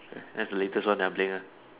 that's the latest one that I am playing on